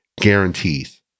guarantees